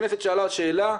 הכנסת שאלה שְאלה,